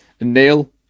Neil